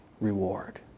reward